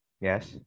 Yes